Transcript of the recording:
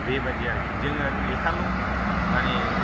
बेबायदि आरोखि जोङो लेखाल' माने